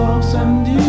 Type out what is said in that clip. Samedi